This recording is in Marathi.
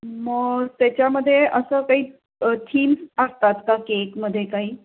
मग त्याच्यामध्ये असं काही थीम्स असतात का केकमध्ये काही